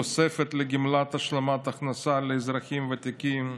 תוספת לגמלת השלמת הכנסה לאזרחים ותיקים,